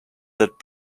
that